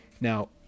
Now